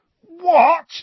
What